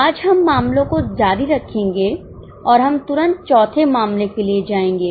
आज हम मामलों को जारी रखेंगे और हम तुरंत चौथे मामले के लिए जाएंगे